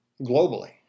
Globally